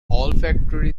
olfactory